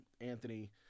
Anthony